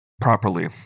properly